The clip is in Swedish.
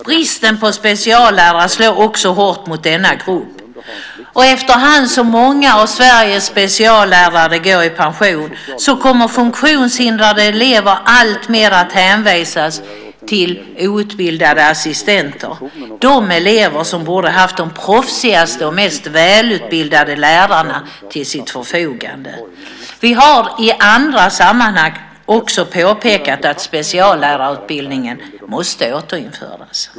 Bristen på speciallärare slår också hårt mot denna grupp, och efterhand som många av Sveriges speciallärare går i pension kommer funktionshindrade elever alltmer att hänvisas till outbildade assistenter - de elever som borde ha haft de proffsigaste och mest välutbildade lärarna till sitt förfogande. Vi har i andra sammanhang också påpekat att speciallärarutbildningen måste återinföras.